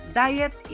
diet